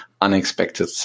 unexpected